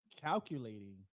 calculating